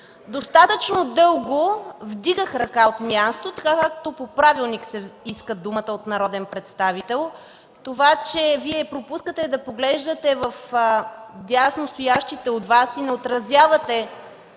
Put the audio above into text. Достатъчно дълго вдигах ръка от място, така както по правилник се иска думата от народен представител. Това, че Вие пропускате да поглеждате в дясно стоящите от Вас и не отразявате